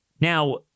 Now